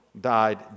died